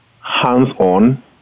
hands-on